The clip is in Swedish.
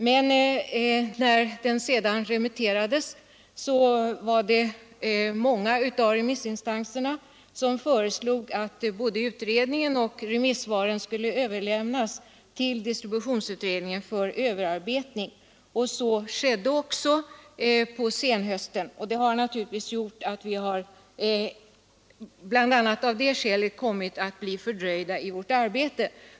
Men när utredningen sedan remitterades föreslog många av remissinstanserna att både utredningen och remissvaren skulle överlämnas till distributionsutredningen för överarbetning. Så skedde också på senhösten. Bland annat av det skälet har vi kommit att bli fördröjda i vårt arbete.